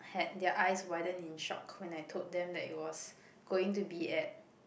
had their eyes widen in shock when I told them that it was going to be at